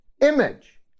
image